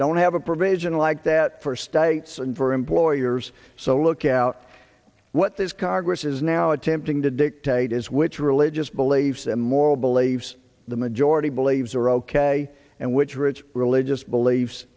don't have a provision like that for states and for employers so look out what this congress is now attempting to dictate is which religious beliefs and moral beliefs the majority believes are ok and which rich religious beliefs